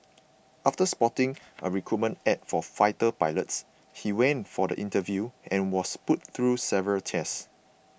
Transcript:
after spotting a recruitment ad for fighter pilots he went for the interview and was put through several tests